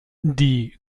die